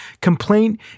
Complaint